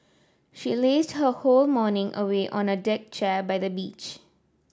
she lazed her whole morning away on a deck chair by the beach